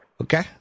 Okay